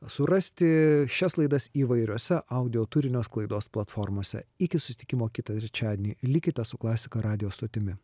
surasti šias laidas įvairiose audio turinio sklaidos platformose iki susitikimo kitą trečiadienį likite su klasika radijo stotimi